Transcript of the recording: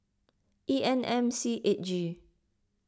E N M C eight G